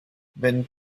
wenn